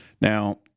Now